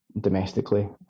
domestically